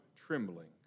trembling